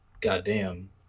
goddamn